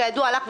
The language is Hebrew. כידוע לך,